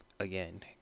again